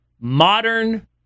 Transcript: modern